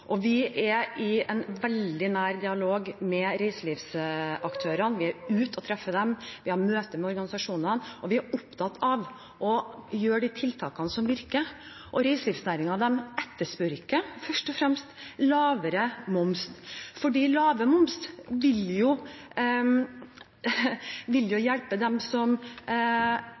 Vi er i en veldig nær dialog med reiselivsaktørene. Vi er ute og treffer dem, vi har møter med organisasjonene, og vi er opptatt av å sette inn de tiltakene som virker. Reiselivsnæringen etterspør ikke først og fremst lavere moms, for lavere moms vil jo hjelpe dem som